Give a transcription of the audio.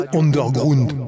underground